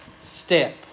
step